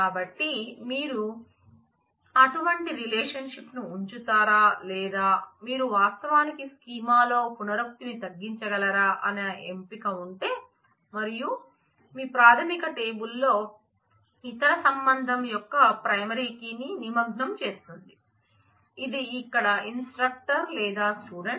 కాబట్టి మీరు అటువంటి రిలేషన్షిప్ ను ఉంచుతారా లేదా మీరు వాస్తవానికి స్కీమాలో పునరుక్తిని తగ్గించగలరా అనే ఎంపిక ఉంటే మరియు మీ ప్రాథమిక టేబుల్ లో ఇతర సంబంధం యొక్క ప్రైమరీ కీ ని నిమగ్నం చేస్తుంది ఇది ఇక్కడ ఇన్స్ట్రక్టర్ లేదా స్టూడెంట్